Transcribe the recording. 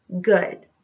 good